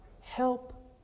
help